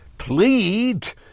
Plead